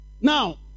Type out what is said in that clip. Now